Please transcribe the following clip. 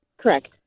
correct